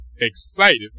excited